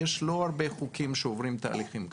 אין הרבה חוקים שעוברים תהליכים כאלה.